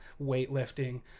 weightlifting